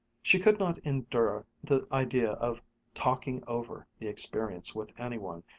she could not endure the idea of talking over the experience with any one,